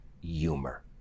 humor